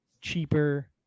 cheaper